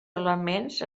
elements